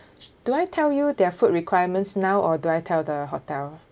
do I tell you their food requirements now or do I tell the hotel